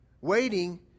Waiting